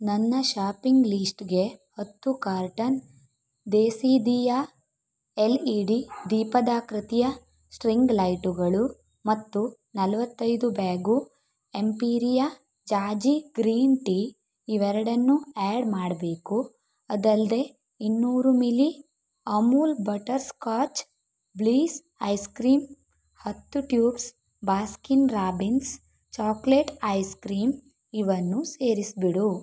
ನನ್ನ ಷಾಪಿಂಗ್ ಲೀಸ್ಟ್ಗೆ ಹತ್ತು carton desi diya L E D ದೀಪದಾಕೃತಿಯ ಸ್ಟ್ರಿಂಗ್ ಲೈಟುಗಳು ಮತ್ತು ನಲವತ್ತೈದು ಬ್ಯಾಗು ಎಂಪೀರಿಯಾ ಜಾಜಿ ಗ್ರೀನ್ ಟೀ ಇವೆರಡನ್ನೂ ಆ್ಯಡ್ ಮಾಡಬೇಕು ಅದಲ್ಲದೇ ಇನ್ನೂರು ml Amul butterscotch bliss ice cream ಹತ್ತು tubes Baskin Robbins chocolate ice cream ಇವನ್ನು ಸೇರಿಸಿಬಿಡು